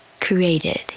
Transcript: created